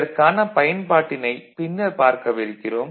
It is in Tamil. இதற்கானப் பயன்பாட்டினைப் பின்னர் பார்க்கவிருக்கிறோம்